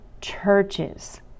churches